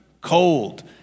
cold